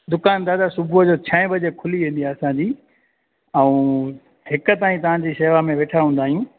दुकानु दादा सुबुह जो छह वजे खुली वेंदी आहे असांजी ऐं हिकु ताईं तव्हांजी शेवा में वेठा हूंदा आहियूं